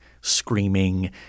screaming